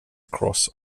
cross